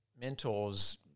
mentors